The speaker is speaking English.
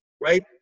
right